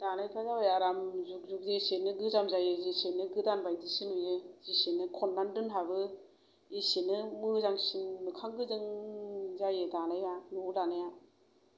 दानायफोरा जाबाय आराम जुग जुग जेसेनो गोजाम जायो जेसेनो गोदानबायदिसो नुयो जेसेनो खननानै दोनहाबो एसेनो मोजांसिन मोखां गोजों जायो दानाया न'आव दानाया